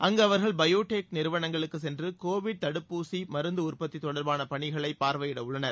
அங்குஅவர்கள் bio tech நிறுவனங்களுக்குசென்றுகோவிட் தடுப்பூசிமருந்துஉற்பத்திதொடர்பானபணிகளைபார்வையிடஉள்ளனர்